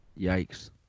Yikes